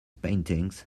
paintings